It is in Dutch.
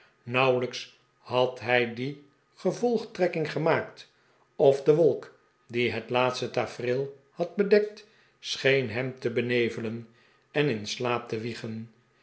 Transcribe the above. nauwelijks had hij die gevolgtrekking gemaakt of de wolk die het laatste tafereel had bedekt scheen hem te benevelen en in slaap te wiegen